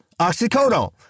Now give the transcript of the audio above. Oxycodone